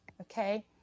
okay